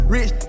Rich